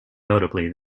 notably